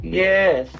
yes